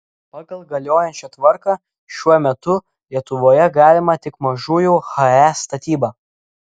pagal galiojančią tvarką šiuo metu lietuvoje galima tik mažųjų he statyba